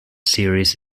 series